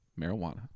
Marijuana